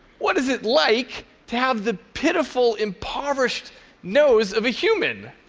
what is it like to have the pitiful, impoverished nose of a human?